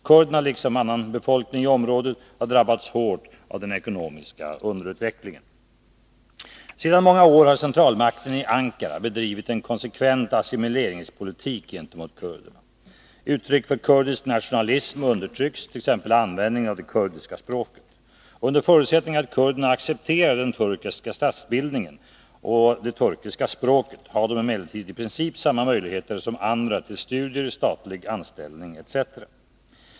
Kurderna, liksom annan befolkning i området, har drabbats hårt av den ekonomiska underutvecklingen. Sedan många år har centralmakten i Ankara bedrivit en konsekvent assimileringspolitik gentemot kurderna. Uttryck för kurdisk nationalism undertrycks, t.ex. användningen av det kurdiska språket. Under förutsättning att kurderna accepterar den turkiska statsbildningen och det turkiska språket har de emellertid i princip samma möjligheter som andra till studier, statlig anställning etc.